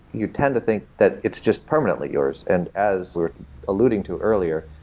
you tend to think that it's just permanently yours. and as we're alluding to earlier,